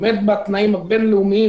עומד בתנאים הבין-לאומיים.